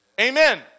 Amen